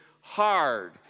hard